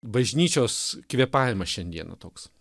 bažnyčios kvėpavimas šiandieną toks